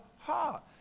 heart